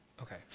Okay